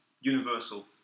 universal